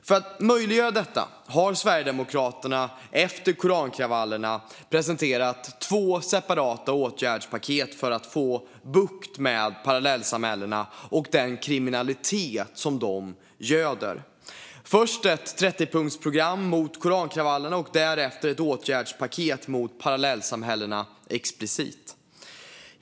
För att möjliggöra detta har Sverigedemokraterna efter korankravallerna presenterat två separata åtgärdspaket för att få bukt med parallellsamhällena och den kriminalitet de göder. Först och främst har vi ett 30punktsprogram mot korankravallerna. Därtill har vi ett åtgärdspaket mot parallellsamhällen explicit.